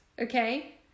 okay